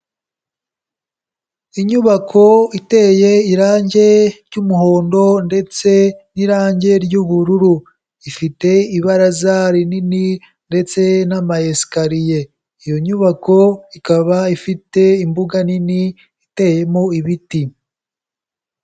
Inyubako iteye irangi ry'umuhondo ndetse n'irangi ry'ubururu. Ifite ibaraza rinini ndetse n'amayesikariye. Iyo nyubako ikaba ifite imbuga nini iteyemo ibiti.